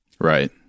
Right